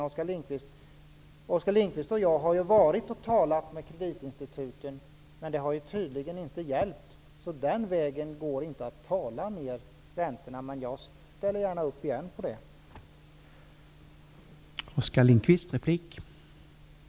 Oskar Lindkvist och jag har ju talat med kreditinstituten, men det har tydligen inte hjälpt -- det går inte att få ned räntorna den vägen. Men jag ställer gärna upp på det igen.